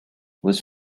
was